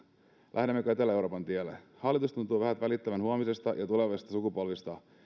lähdemmekö etelä euroopan tielle hallitus tuntuu vähät välittävän huomisesta ja tulevista sukupolvista